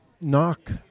knock